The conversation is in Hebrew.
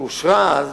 שאושרה אז,